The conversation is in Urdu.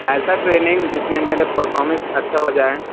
ایسا ٹریننگ جس میں میرے پرفارمنس اچھا ہو جائیں